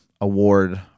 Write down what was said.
award